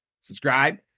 subscribe